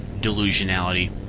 delusionality